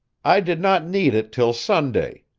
i did not need it till sunday,